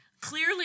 Clearly